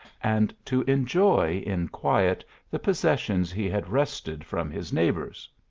and to enjoy in quiet the possessions he had wrested from his neighbours.